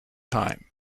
time